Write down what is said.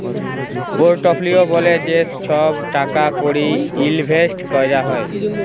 portfolio ব্যলে যে ছহব টাকা কড়ি ইলভেসট ক্যরা হ্যয়